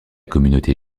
communauté